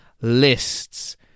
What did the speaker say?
lists